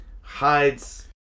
hides